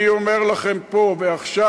אני אומר לכם פה ועכשיו: